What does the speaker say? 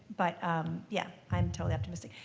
but yeah, i'm totally optimistic.